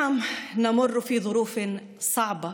(אומרת דברים בשפה הערבית,